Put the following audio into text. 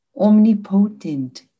Omnipotent